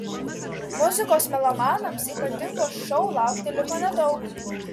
muzikos melomanams ypatingo šou laukti liko nedaug